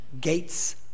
gates